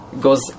goes